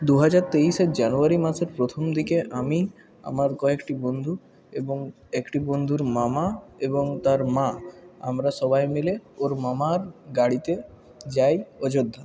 দুহাজার তেইশের জানুয়ারি মাসের প্রথম দিকে আমি আমার কয়েকটি বন্ধু এবং একটি বন্ধুর মামা এবং তার মা আমরা সবাই মিলে ওর মামার গাড়িতে যাই অযোধ্যা